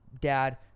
dad